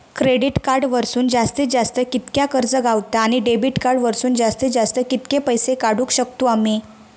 Credit card वरसून जास्तीत जास्त कितक्या कर्ज गावता, आणि डेबिट कार्ड वरसून जास्तीत जास्त कितके पैसे काढुक शकतू आम्ही?